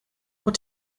what